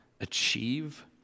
achieve